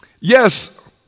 yes